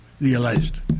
realized